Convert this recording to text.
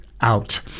Out